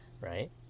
right